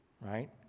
right